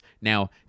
Now